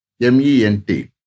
M-E-N-T